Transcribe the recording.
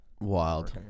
wild